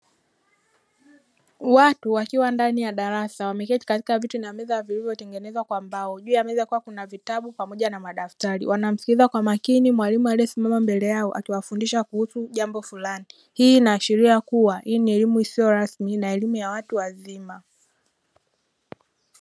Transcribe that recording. Watu wakiwa ndani ya darasa wameketi katika viti na meza vilivyo tengenezwa kwa mbao, juu ya meza kukiwa kuna vitabu pamoja na madaftari wanamsikiliza kwa makini mwalimu aliyesimama mbele yao akiwafundisha kuhusu jambo fulani, hii ina ashiria kuwa hii ni elimu isiyo rasmi na elimu ya watu wazima.